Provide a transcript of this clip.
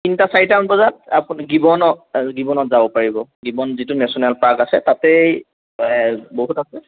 তিনিটা চাৰিটামান বজাত আপুনি গিবনত গিবনত যাব পাৰিব গিবন যিটো নেশ্যনেল পাৰ্ক আছে তাতেই বহুত আছে